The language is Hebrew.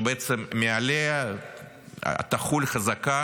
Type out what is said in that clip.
שמעליה תחול חזקה